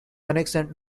connection